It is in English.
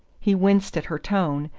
he winced at her tone,